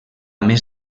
més